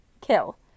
Kill